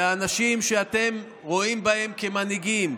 והאנשים שאתם רואים בהם מנהיגים,